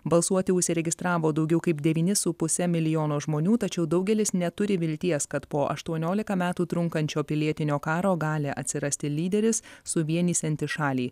balsuoti užsiregistravo daugiau kaip devyni su puse milijono žmonių tačiau daugelis neturi vilties kad po aštuoniolika metų trunkančio pilietinio karo gali atsirasti lyderis suvienysiantis šalį